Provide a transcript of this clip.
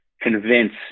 convince